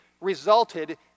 resulted